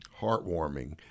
heartwarming